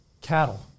cattle